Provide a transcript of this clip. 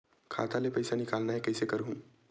खाता ले पईसा निकालना हे, कइसे करहूं?